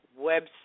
website